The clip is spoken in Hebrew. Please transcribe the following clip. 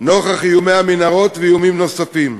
נוכח איומי המנהרות ואיומים נוספים.